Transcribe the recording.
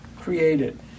created